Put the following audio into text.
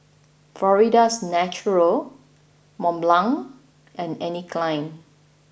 Florida's Natural Mont Blanc and Anne Klein